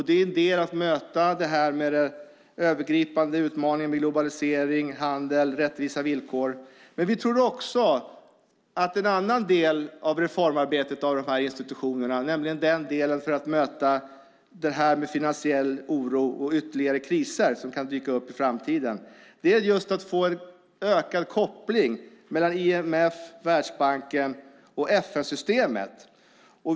Det är en del i att möta den övergripande utmaningen med globalisering, handel och rättvisa villkor. Vi tror också att en annan del av reformarbetet när det gäller de här institutionerna, nämligen den del där man möter finansiell oro och ytterligare kriser som kan dyka upp i framtiden, är just att få en ökad koppling mellan IMF, Världsbanken och FN-systemet.